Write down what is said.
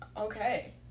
Okay